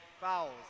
fouls